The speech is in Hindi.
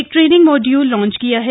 क ट्रेनिंग मॉड्यूल लॉन्च किया है